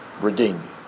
redeem